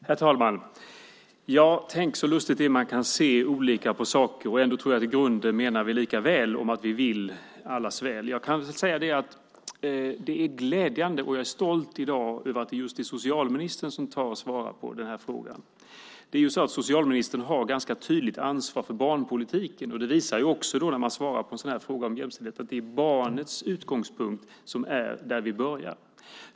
Herr talman! Det är lustigt så olika man kan se på saker. Ändå tror jag att vi i grunden vill allas väl. Det är glädjande, och jag är stolt över, att det just är socialministern som svarar på denna fråga. Socialministern har ett ganska tydligt ansvar för barnpolitiken, och när man svarar på en sådan här fråga om jämställdhet ligger utgångspunkten i barnet.